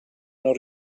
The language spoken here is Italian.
non